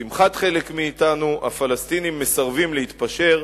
או לשמחת חלק מאתנו, הפלסטינים מסרבים להתפשר,